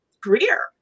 career